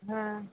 हांं